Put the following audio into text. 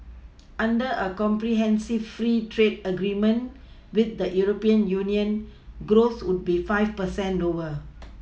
under a comprehensive free trade agreement with the European Union growth would be five percent lower